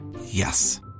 Yes